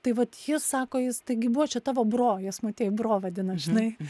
tai vat jis sako jis tai gi buvo čia tavo bro jos motiejų bro vadina žinai